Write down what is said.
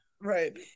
Right